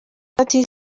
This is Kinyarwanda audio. ati